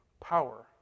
power